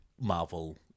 Marvel